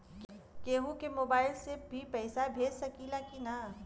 केहू के मोवाईल से भी पैसा भेज सकीला की ना?